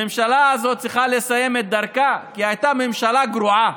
הממשלה הזאת צריכה לסיים את דרכה כי היא הייתה ממשלה גרועה